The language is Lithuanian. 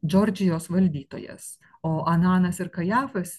džordžijos valdytojas o ananas ir kajafas